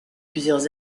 plusieurs